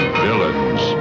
villains